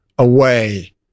away